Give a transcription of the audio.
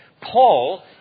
Paul